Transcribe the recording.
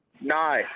No